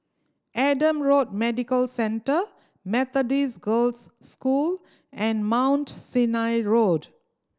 Adam Road Medical Centre Methodist Girls' School and Mount Sinai Road